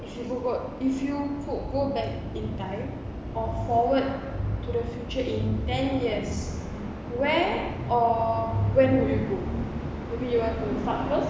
if you got if you could go back in time or forward to the future in ten years where or when would you go maybe you want to start first